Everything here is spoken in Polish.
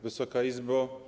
Wysoka Izbo!